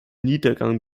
niedergang